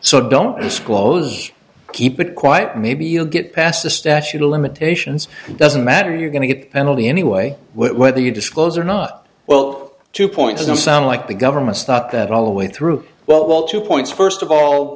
so don't disclose keep it quiet maybe you'll get past the statute of limitations doesn't matter you're going to get a penalty anyway whether you disclose or not well two points and sound like the government's not that all the way through well two points first of all